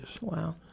Wow